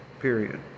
period